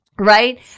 right